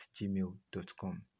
gmail.com